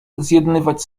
zjednywać